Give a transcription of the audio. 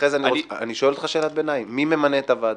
אני שואל אותך שאלת ביניים: מי ממנה את הוועדה?